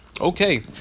Okay